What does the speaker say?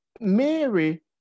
Mary